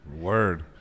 Word